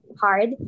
hard